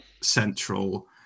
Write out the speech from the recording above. central